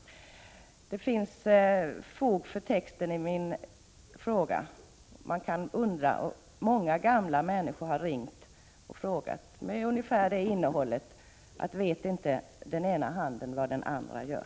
Det finns fog för texten i min fråga. Man kan undra, och många gamla människor har ringt och frågat mig. Innehållet har varit ungefär detta: Vet inte den ena handen vad den andra gör?